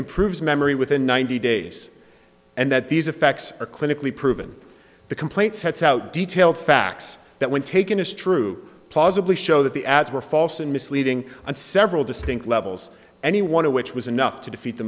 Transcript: improves memory within ninety days and that these effects are clinically proven the complaint sets out detailed facts that when taken as true plausibly show that the ads were false and misleading on several distinct levels any want to which was enough to defeat the